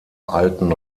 alten